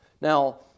Now